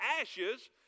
ashes